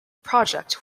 project